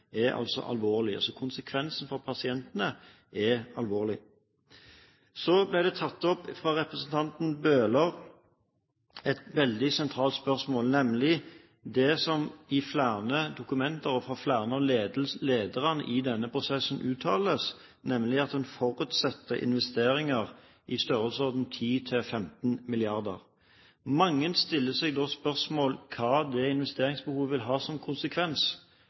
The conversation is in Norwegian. er alvorlige. Så ble det av representanten Bøhler tatt opp et veldig sentralt spørsmål, nemlig det som uttales i flere dokumenter og av flere av lederne i denne prosessen, at en forutsetter investeringer i størrelsesorden 10–15 milliarder kroner. Mange stiller seg da spørsmål om hva det investeringsbehovet vil ha som konsekvens,